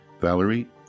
Valerie